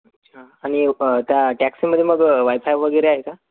अच्छा आणि त्या टॅक्सीमध्ये मग वाय फाय वगैरे आहे का